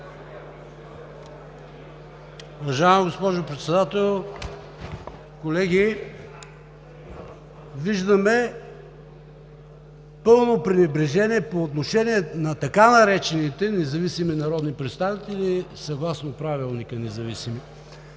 Уважаема госпожо Председател, колеги! Виждаме пълно пренебрежение по отношение на така наречените независими народни представители, съгласно Правилника независими.